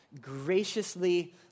graciously